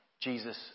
Jesus